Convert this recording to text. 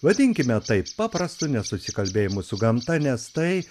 vadinkime tai paprastu nesusikalbėjimu su gamta nes tai